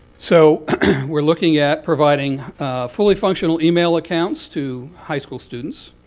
so we're looking at providing fully-functional email accounts to high school students.